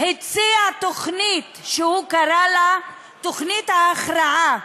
הציע תוכנית, שהוא קרא לה "תוכנית ההכרעה",